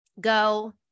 go